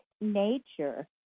nature